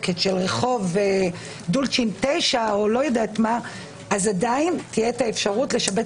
זו סוגיה יותר דרמטית אודליה, לפי זה אפשר להשאיר